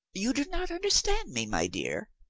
you do not understand me, my dear.